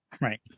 Right